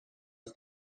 its